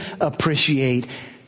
appreciate